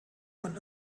von